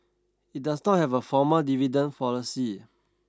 it does not have a formal dividend policy